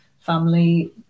family